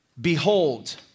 behold